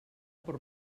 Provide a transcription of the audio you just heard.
per